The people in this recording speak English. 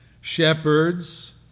shepherds